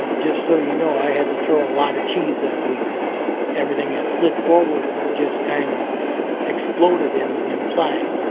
just so you know, i had to throw a lot of cheese that week. everything had slid forward and just kind of exploded in inside, you know